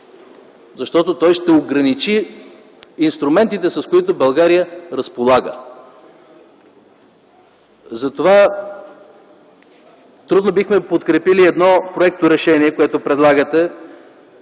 защото той ще ограничи инструментите, с които България разполага. Затова трудно бихме подкрепили проекта за решение, който предлагате,